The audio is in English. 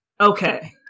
Okay